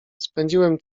spędziłem